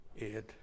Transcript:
Ed